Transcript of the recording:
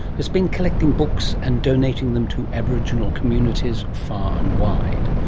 has been collecting books and donating them to aboriginal communities far and wide.